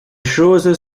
choses